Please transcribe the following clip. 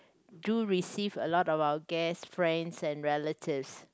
do receive a lot of our guests friends and relatives